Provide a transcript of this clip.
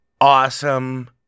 awesome